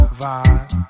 vibe